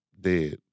dead